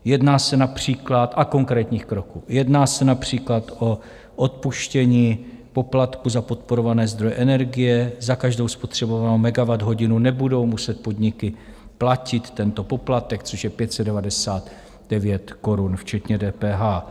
Jedná se například a konkrétních kroků jedná se například o odpuštění poplatku za podporované zdroje energie, za každou spotřebovanou megawatthodinu nebudou muset podniky platit tento poplatek, což je 599 korun včetně DPH.